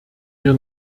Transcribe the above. wir